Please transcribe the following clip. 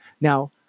Now